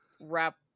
wrap